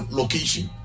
location